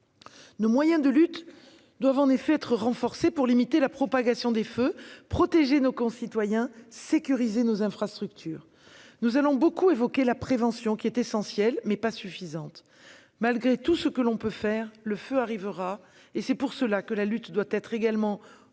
Nos moyens de lutte doivent en effet être renforcés pour limiter la propagation des feux, protéger nos concitoyens et sécuriser nos infrastructures. Nous allons largement évoquer la prévention, qui est essentielle, mais pas suffisante. Malgré tout ce que l'on peut faire, le feu arrivera ; c'est pour cela que la lutte contre les incendies